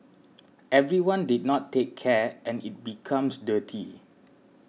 everyone did not take care and it becomes dirty